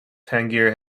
tangier